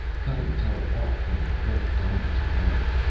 cutting terra off from the bright diamonds beyond.